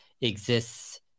exists